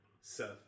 Seth